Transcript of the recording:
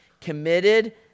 committed